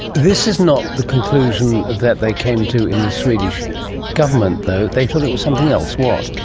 this is not the conclusion that they came to in the swedish government, though. they thought it was something else what?